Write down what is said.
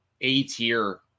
A-tier